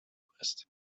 playlist